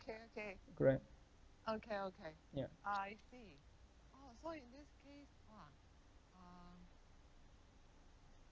correct ya